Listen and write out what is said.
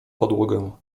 podłogę